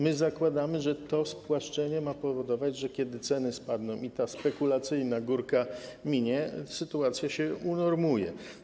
My zakładamy, że to spłaszczenie spowoduje, że kiedy ceny spadną i ta spekulacyjna górka zniknie, sytuacja się unormuje.